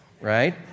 right